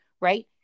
right